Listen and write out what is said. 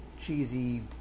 cheesy